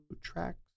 tracks